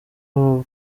aba